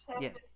Yes